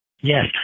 Yes